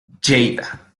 lleida